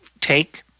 take